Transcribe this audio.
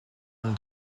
and